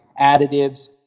additives